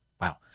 wow